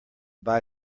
buy